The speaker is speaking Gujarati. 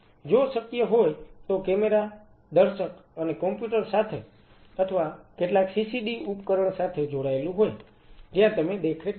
જો શક્ય હોય તો કેમેરા દર્શક અને કોમ્પ્યુટર સાથે અથવા કેટલાક CCD ઉપકરણ સાથે જોડાયેલુ હોય જ્યાં તમે દેખરેખ કરી શકો છો